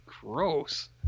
gross